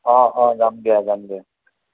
অঁ অঁ যাম দিয়া যাম দিয়া